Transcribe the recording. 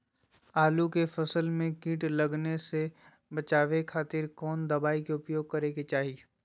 आलू के फसल में कीट लगने से बचावे खातिर कौन दवाई के उपयोग करे के चाही?